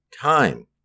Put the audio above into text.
time